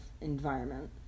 environment